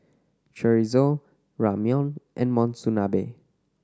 Chorizo Ramyeon and Monsunabe